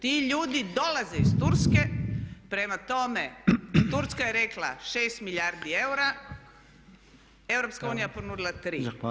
Ti ljudi dolaze iz Turske, prema tome Turska je rekla 6 milijardi eura, EU je ponudila tri.